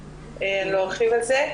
לא ארחיב על זה,